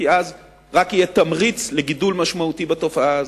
כי אז רק יהיה תמריץ לגידול משמעותי בתופעה הזאת.